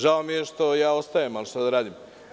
Žao mi je što ja ostajem, ali šta da radim.